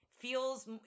feels